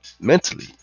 mentally